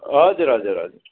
हजुर हजुर हजुर